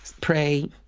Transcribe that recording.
pray